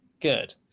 Good